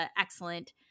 excellent